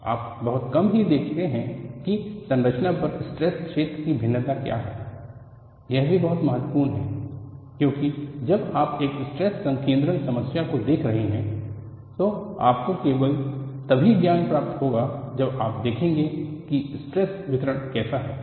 आप बहुत कम ही देखते हैं कि संरचना पर स्ट्रेस क्षेत्र की भिन्नता क्या है यह भी बहुत महत्वपूर्ण है क्योंकि जब आप एक स्ट्रेस संकेद्रण समस्या को देख रहे हैं तो आपको केवल तभी ज्ञान प्राप्त होगा जब आप देखेंगे कि स्ट्रेस वितरण कैसा है